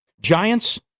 Giants